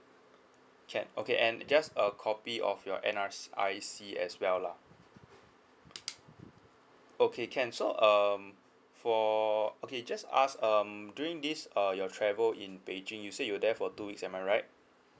can okay and just a copy of your N_R_I_C as well lah okay can so um for okay just ask um during this err your travel in beijing you say you there for two weeks am I right